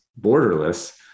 borderless